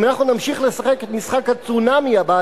אם אנחנו נמשיך לשחק את משחק הצונאמי הבא